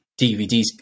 DVDs